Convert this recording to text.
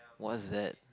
what's that